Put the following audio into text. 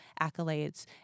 accolades –